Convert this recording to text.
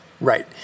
right